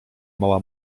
mała